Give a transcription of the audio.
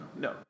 No